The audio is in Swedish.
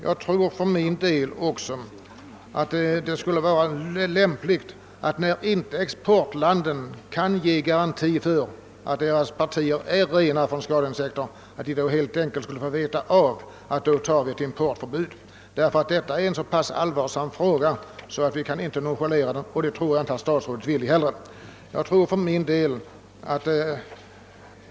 Jag tror för min del också att det skulle vara lämpligt att exportlandet — när det inte kan ge garantier för att produkterna är fria från skadeinsekter — helt enkelt får veta att vi då inför ett importförbud. Detta är nämligen ett så pass allvarligt problem att vi inte kan nonchalera det. Det tror jag inte att statsrådet heller vill.